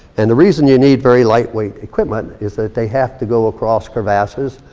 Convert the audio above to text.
and the reason you need very light-weight equipment is that they have to go across crevasses.